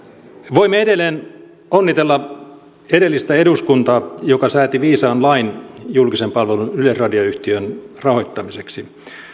voimme edelleen onnitella edellistä eduskuntaa joka sääti viisaan lain julkisen palvelun yleisradioyhtiön rahoittamiseksi